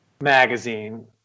magazine